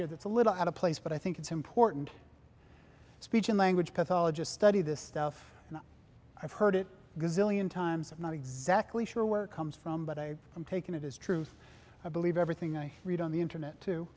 here that's a little out of place but i think it's important speech and language pathologist study this stuff and i've heard it because illian times of not exactly sure where it comes from but i am taking it as truth i believe everything i read on the internet to